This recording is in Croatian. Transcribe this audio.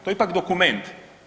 To je ipak dokument.